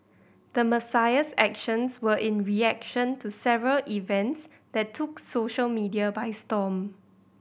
the Messiah's actions were in reaction to several events that took social media by storm